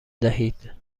دهید